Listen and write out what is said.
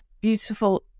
beautiful